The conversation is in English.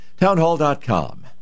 Townhall.com